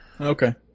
Okay